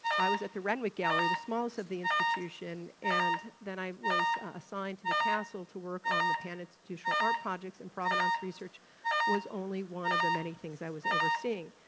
i was at the renwick gallery, the smallest of the institution and then i was assigned to the castle to work on the pan-institutional art projects. and provenance research was only one of the many things i was overseeing.